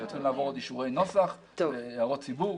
אנחנו צריכים לעבור אישורי נוסח והערות ציבור.